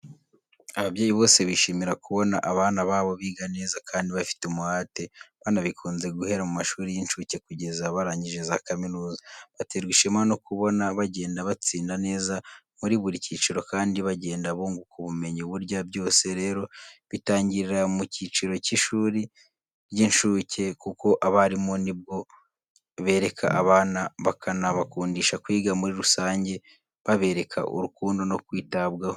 Ababyeyi bose bishimira kubona abana babo biga neza kandi bafite umuhate banabikunze guhera mu mashuri y'incuke kugeza barangije za kaminuza, baterwa ishema no kubona bagenda batsinda neza muri buri cyiciro kandi bagenda bunguka ubumenyi. Burya byose rero bitangirira mu cyiciro cy'ishuri ry'incuke kuko abarimu ni bwo bereka abana bakanabakundisha kwiga muri rusange babereka urukundo no kwitabwaho.